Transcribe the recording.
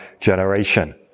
generation